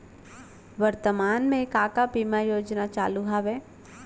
वर्तमान में का का बीमा योजना चालू हवये